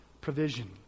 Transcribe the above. provision